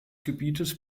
gebietes